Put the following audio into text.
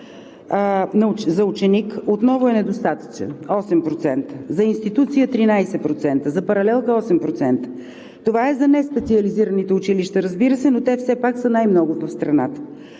за ученик отново е недостатъчен – 8%, за институция – 13%, за паралелка – 8%. Това е за неспециализираните училища, разбира се, но те все пак са най-многото в страната.